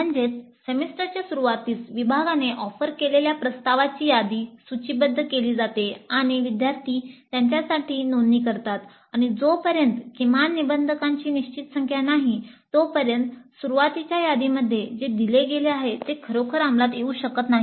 म्हणजेच सेमेस्टरच्या सुरूवातीस विभागाने ऑफर केलेल्या प्रस्तावाची यादी सूचीबद्ध केली जाते आणि विद्यार्थी त्यांच्यासाठी नोंदणी करतात आणि जोपर्यंत किमान निबंधकांची निश्चित संख्या मिळत नाही तोपर्यंत सुरुवातीच्या यादीमध्ये जे दिले गेले आहे ते खरोखर अंमलात येऊ शकत नाही